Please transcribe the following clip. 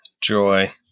Joy